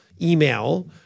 email